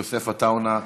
יוסף עטאונה,